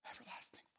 Everlasting